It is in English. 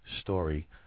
Story